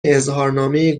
اظهارنامه